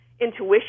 intuition